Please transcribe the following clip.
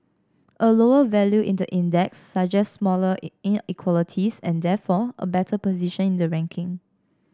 a lower value in the index suggests smaller in inequalities and therefore a better position in the ranking